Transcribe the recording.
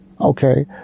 Okay